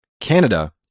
Canada